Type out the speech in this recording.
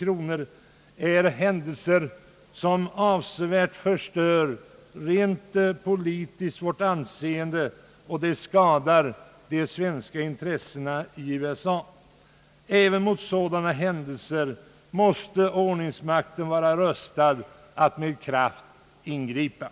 Detta är företeelser som rent politiskt avsevärt bidrar till att förstöra vårt anseende och som skadar de svenska intressena i USA. Även mot sådana händelser måste ordningsmakten vara rustad att med kraft ingripa.